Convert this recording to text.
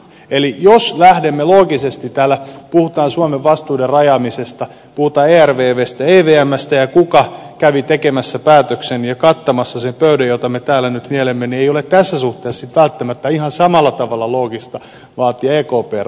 eli jos lähdemme loogisesti täällä liikkeelle puhutaan suomen vastuiden rajaamisesta puhutaan ervvstä ja evmstä ja siitä kuka kävi tekemässä päätöksen ja kattamassa sen pöydän jota me täällä nyt nielemme niin ei ole tässä suhteessa sitten välttämättä ihan samalla tavalla loogista vaatia ekpn roolia